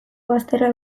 bazterrak